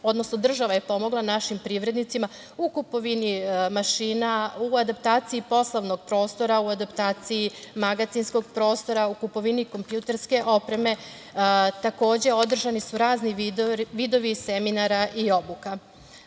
odnosno država je pomogla našim privrednicima u kupovini mašina, u adaptaciji poslovnog prostora, u adaptaciji magacinskog prostora, u kupovini kompjuterske opreme. Takođe, održani su razni vidovi seminara i obuka.